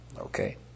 Okay